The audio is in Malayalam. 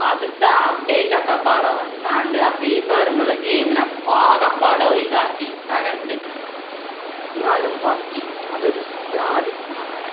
ആദ്യത്തെ അപ്ഡേറ്റൊക്കെപ്പാടെ വന്നാൽ ആ ഫ്രീ ഫയറെന്നുള്ള ഗെയിമിനെ ആകപ്പാടെ ഒഴിവാക്കി തകർത്തു എന്നാലും പബ്ജി അതൊരു ജാതി സാധനാ